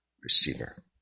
receiver